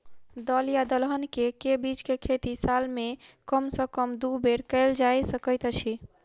दल या दलहन केँ के बीज केँ खेती साल मे कम सँ कम दु बेर कैल जाय सकैत अछि?